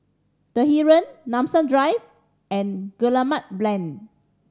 The Heeren Nanson Drive and Guillemard Lane